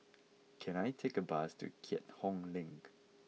can I take a bus to Keat Hong Link